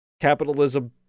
capitalism